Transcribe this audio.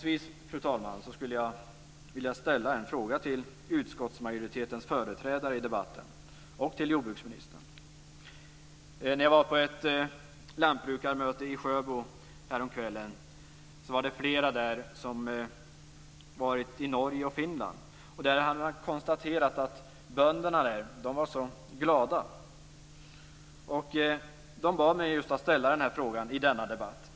Avslutningsvis skulle jag vilja ställa en fråga till utskottsmajoritetens företrädare i debatten och till jordbruksministern. När jag var på ett lantbrukarmöte i Sjöbo häromkvällen var det flera där som hade varit i Norge och Finland och konstaterat att bönderna där var så glada. De bad mig att ställa följande fråga i denna debatt.